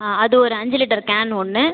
ஆ அது ஒரு அஞ்சு லிட்டர் கேன் ஒன்று